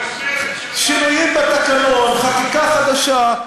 חקיקה חדשה,